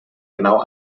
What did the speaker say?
genau